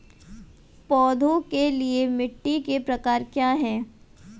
पौधों के लिए मिट्टी के प्रकार क्या हैं?